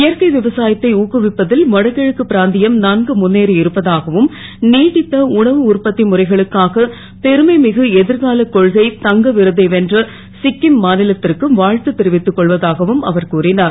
இயற்கை விவசாயத்தை ஊக்குவிப்ப ல் வடகிழக்கு பிராந் யம் நன்கு முன்னேறி இருப்பதாகவும் நீடித்த உணவு உற்பத் முறைகளுக்காக பெருமைமிகு எ ர்காலக் கொள்கை தங்க விருதை வென்ற சிக்கிம் மா லத் ற்கு வா த்து தெரிவித்துக் கொள்வதாகவும் அவர் கூறினார்